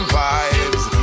vibes